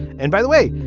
and by the way,